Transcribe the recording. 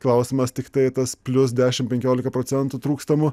klausimas tiktai tas plius dešimt penkiolika procentų trūkstamų